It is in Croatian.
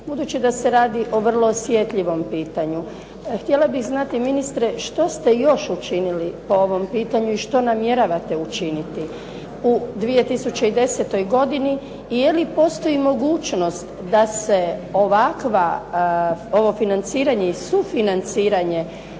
Budući da se radi o vrlo osjetljivom pitanju, htjela bih znati ministre što ste još učinili po ovom pitanju i što namjeravate učiniti u 2010. godini i je li postoji mogućnost da se ovo financiranje i sufinanciranje